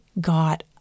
got